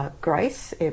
Grace